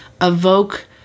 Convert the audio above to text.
evoke